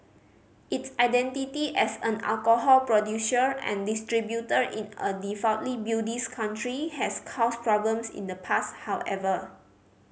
its identity as an alcohol producer and distributor in a devoutly Buddhist country has caused problems in the past however